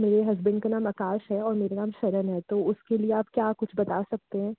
मेरे हसबेंड का नाम आकाश है और मेरा नाम शरण है तो उसके लिए आप क्या कुछ बता सकते हैं